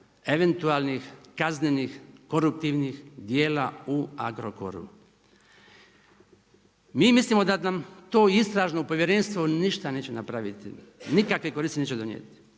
eventualnih kaznenih, koruptivnih djela u Agrokoru. Mi mislimo da nam to istražno povjerenstvo ništa neće napraviti, nikakve koristi neće donijeti,